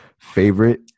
favorite